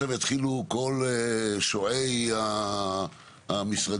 אנחנו לא מתכוונים שכל שועי המשרדים